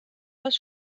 pas